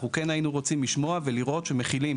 אנחנו כן היינו רוצים לשמוע ולראות שמחילים,